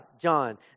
John